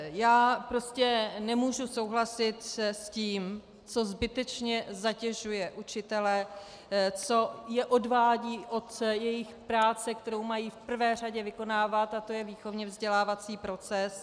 Já prostě nemůžu souhlasit s tím, co zbytečně zatěžuje učitele, co je odvádí od jejich práce, kterou mají v prvé řadě vykonávat, a to je výchovně vzdělávací proces.